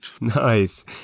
Nice